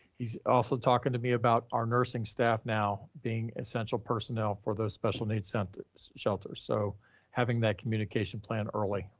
he's also talking to me about our nursing staff now being essential personnel for those special needs centers, shelters. so having that communication plan early,